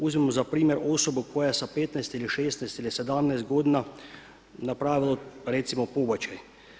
Uzmimo za primjer osoba koja je sa 15, 16 ili 17 godina napravila recimo pobačaj.